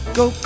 go